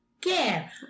care